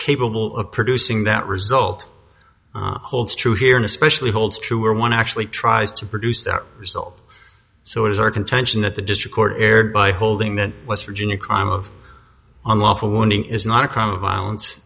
capable of producing that result holds true here and especially holds true or one actually tries to produce that result so it is our contention that the district court erred by holding that west virginia crime of unlawful wounding is not a crime of violence